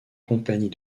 compagnie